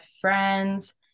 friends